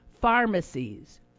pharmacies